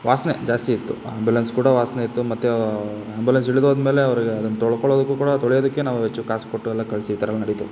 ವಾಸನೆ ಜಾಸ್ತಿ ಇತ್ತು ಆಂಬ್ಯುಲೆನ್ಸ್ ಕೂಡ ವಾಸನೆ ಇತ್ತು ಮತ್ತು ಆಂಬ್ಯುಲೆನ್ಸ್ ಇಳಿದೋದ ಮೇಲೆ ಅವರಿಗೆ ಅದನ್ನು ತೊಳ್ಕೊಳ್ಳೋದಕ್ಕೂ ಕೂಡ ತೊಳೆಯೋದಕ್ಕೆ ನಾವು ಹೆಚ್ಚು ಕಾಸು ಕೊಟ್ಟು ಎಲ್ಲ ಕಳಿಸಿ ಈ ಥರ ಎಲ್ಲ ನಡಿತು